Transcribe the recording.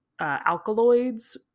alkaloids